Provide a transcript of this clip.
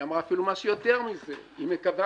היא אמרה אפילו משהו יותר מזה היא מקווה